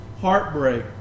heartbreak